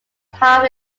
half